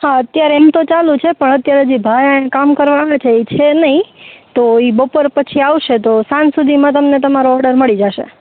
હા અત્યારે એમ તો ચાલુ છે પણ અત્યારે જે ભાયણ કામ કરવા આવે છે ઇ છે નઇ તો બપોર પછી આવસે તો સાંજ સુધીમાં તમને તમારો ઓડર મળી જાસે